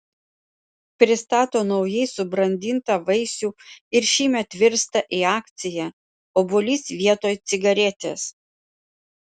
pristato naujai subrandintą vaisių ir šiemet virsta į akciją obuolys vietoj cigaretės